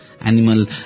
animal